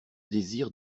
désir